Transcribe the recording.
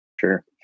Sure